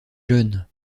jeune